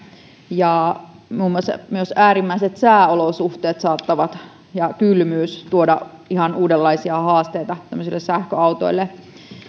ja myös muun muassa äärimmäiset sääolosuhteet ja kylmyys saattavat tuoda ihan uudenlaisia haasteita sähköautoille